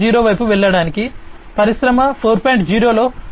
0 వైపు వెళ్ళడానికి పరిశ్రమ 4